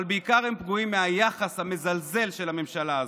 אבל בעיקר הם פגועים מהיחס המזלזל של הממשלה הזאת.